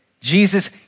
Jesus